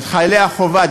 חיילי החובה,